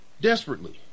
desperately